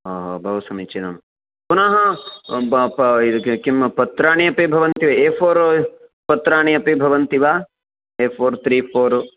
अ बहु समीचीनं किं पत्राणि अपि भवन्ति वा ए फ़ोर् पत्राणि अपि भवन्ति वा ए फ़ोर् त्रि फ़ोर्